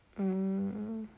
mm